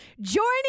Joining